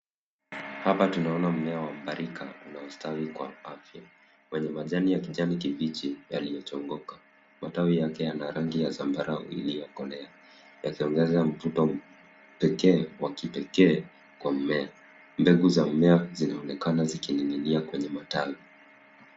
Hapa tunaona mmea wa mbarika unaostawi kwa afya wenye majani ya kijani kibichi yaliyochongoka. Matawi yake yana rangi ya zambarau iliyokolea yakiongeza mvuto wa kipekee kwa mmea. Mbegu za mmea zinaonekana zikining'inia kwenye matawi.